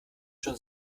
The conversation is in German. schon